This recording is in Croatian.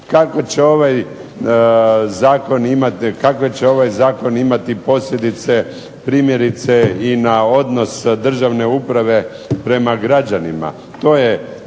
Kakve će ovaj zakon imati posljedice primjerice i na odnos državne uprave prema građanima.